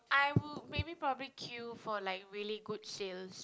I would maybe probably queue for like really good sales